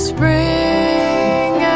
Spring